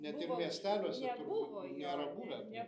net ir miesteliuose turbūt nėra buvę tai